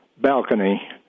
balcony